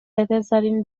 بذارین